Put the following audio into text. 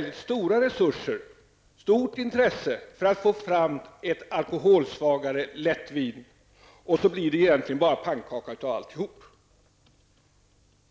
mycket stora resurser och ett stort intresse på att få fram ett alkoholsvagare lättvin, och så blir det egentligen bara pannkaka av allt.